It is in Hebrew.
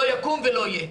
לא יקום ולא יהיה.